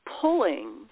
pulling